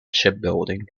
shipbuilding